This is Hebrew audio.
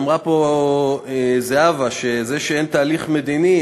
אמרה פה זהבה שזה שאין תהליך מדיני,